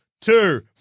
Two